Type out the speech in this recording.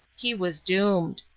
he was doomed.